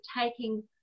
taking